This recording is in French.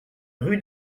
rue